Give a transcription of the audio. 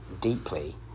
deeply